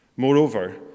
Moreover